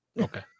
Okay